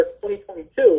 2022